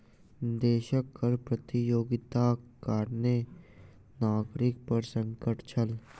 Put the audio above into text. देशक कर प्रतियोगिताक कारणें नागरिक पर संकट छल